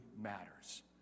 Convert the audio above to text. matters